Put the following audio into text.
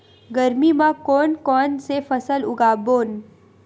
गरमी मा कोन कौन से फसल उगाबोन?